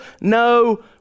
no